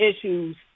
issues